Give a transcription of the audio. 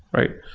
right?